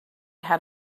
had